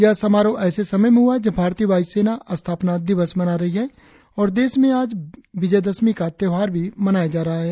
यह समारोह ऐसे समय हुआ है जब भारतीय वायुसेना स्थापना दिवस मना रही है और देश में आज विजयदशमी का त्यौहार भी मनाया जा रहा है